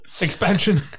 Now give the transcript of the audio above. Expansion